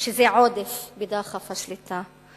שזה עודף בדחף השליטה.